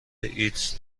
ایدز